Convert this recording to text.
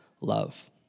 love